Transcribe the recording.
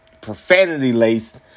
profanity-laced